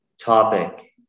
topic